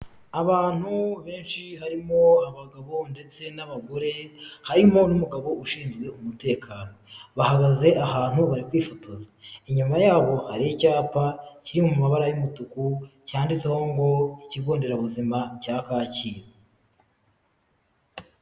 Abantu benshi harimo abagabo ndetse n'abagore, harimo n'umugabo ushinzwe umutekano, bahagaze ahantu bari kwifotoza, inyuma yabo hari icyapa kiri mu mabara y'umutuku cyanditseho ngo "ikigo nderabuzima cya Kacyiru".